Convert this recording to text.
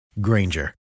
Granger